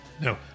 No